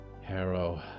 Harrow